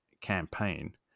campaign